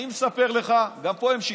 אני מספר לך, גם פה הם שיקרו,